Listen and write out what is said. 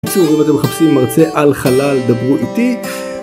בקיצור אם אתם מחפשים מרצה על חלל, דברו איתי.